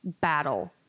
battle